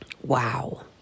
Wow